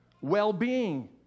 well-being